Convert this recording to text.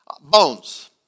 Bones